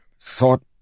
thought